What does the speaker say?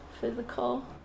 physical